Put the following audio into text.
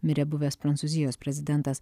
mirė buvęs prancūzijos prezidentas